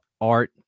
art